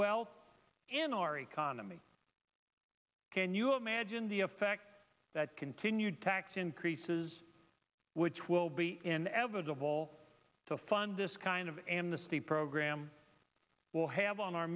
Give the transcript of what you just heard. wealth in our economy can you imagine the effect that continued tax increases which will be inevitable to fund this kind of amnesty program will have on our